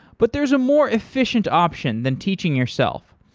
but there is a more efficient option than teaching yourself.